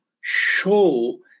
show